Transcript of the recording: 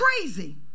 crazy